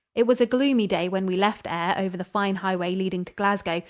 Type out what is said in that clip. it was a gloomy day when we left ayr over the fine highway leading to glasgow,